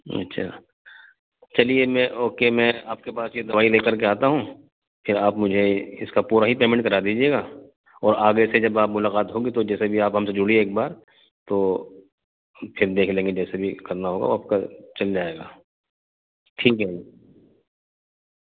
اچھا چلیے میں اوکے میں آپ کے پاس یہ دوائی لے کر کے آتا ہوں پھر آپ مجھے اس کا پورا ہی پیمنٹ کرا دیجیے گا اور آگے سے جب آپ ملاقات ہوگی تو جیسے بھی آپ ہم سے جڑیے ایک بار تو پھر دیکھ لیں گے جیسے بھی کرنا ہوگا آپ کا چل جائے گا ٹھیک ہے